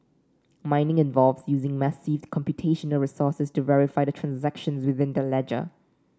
mining involves using massive computational resources to verify the transactions within that ledger